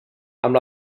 amb